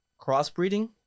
crossbreeding